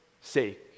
sake